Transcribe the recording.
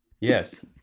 Yes